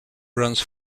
runs